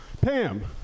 Pam